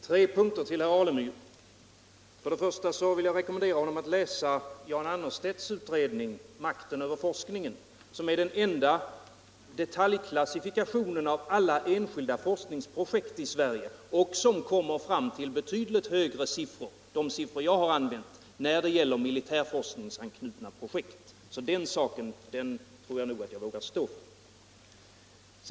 Herr talman! Jag vill bemöta herr Alemyr på tre punkter. Först vill jag rekommendera herr Alemyr att läsa Jan Annerstedts utredning Makten över forskningen, som är den enda detaljklassifikationen av alla enskilda forskningsprojekt i Sverige och som kommer fram till betydligt högre siffror än de jag har använt när det gäller militärforskningsanknutna projekt. Så den saken tror jag att jag vågar stå för.